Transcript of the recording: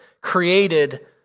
created